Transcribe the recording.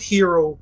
Hero